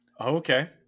Okay